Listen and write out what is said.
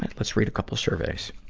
let's read a couple surveys.